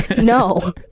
no